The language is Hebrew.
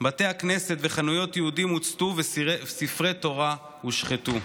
בתי הכנסת וחנויות יהודיים הוצתו וספרי תורה הושחתו.